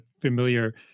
familiar